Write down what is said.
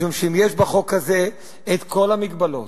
משום שאם יש בחוק הזה את כל המגבלות,